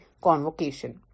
convocation